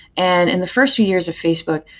and in the first few years of facebook,